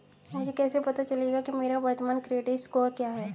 मुझे कैसे पता चलेगा कि मेरा वर्तमान क्रेडिट स्कोर क्या है?